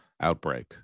outbreak